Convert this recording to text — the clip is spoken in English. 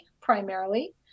primarily